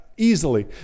Easily